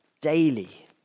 daily